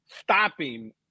stopping